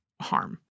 harm